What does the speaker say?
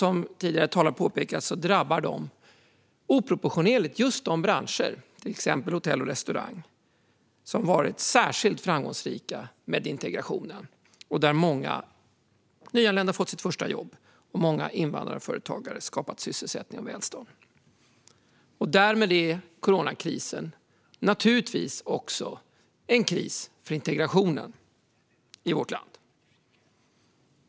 Som tidigare talare påpekat drabbar detta oproportionerligt mycket just de branscher, till exempel hotell och restaurangbranschen, som varit särskilt framgångsrika i integrationen. Här har många nyanlända fått sitt första jobb och många invandrarföretagare skapat sysselsättning och välstånd. Därmed är coronakrisen givetvis också en kris för integrationen i vårt land.